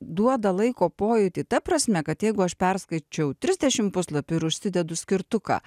duoda laiko pojūtį ta prasme kad jeigu aš perskaičiau trisdešimt puslapių ir užsidedu skirtuką